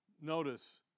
Notice